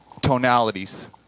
tonalities